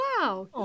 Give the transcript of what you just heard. wow